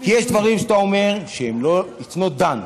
כי יש דברים שאתה אומר It's not done.